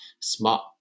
smart